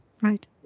Right